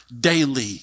daily